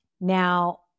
Now